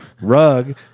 Rug